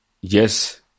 yes